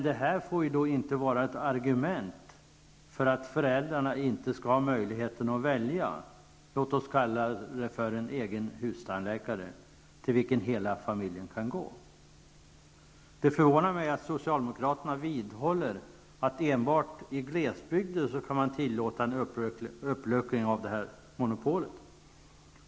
Men det får inte vara ett argument för att föräldrarna inte skall ha möjlighet att välja, låt oss kalla det en egen hustandläkare, till vilken hela familjen kan gå. Det förvånar mig att socialdemokraterna vidhåller att man enbart i glesbygder kan tillåta en uppluckring av monopolet.